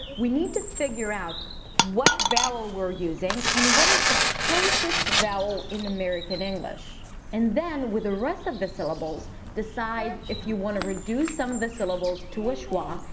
we need to figure out what vowel we're using and what is the closest vowel in american english. and then with ah rest of the syllables decide if you want to reduce some of the syllables to a schwa,